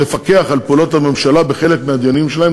לפקח על פעולות הממשלה בחלק מהדיונים שלהן,